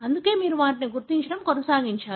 అందుకే మీరు వారిని గుర్తించడం కొనసాగించారు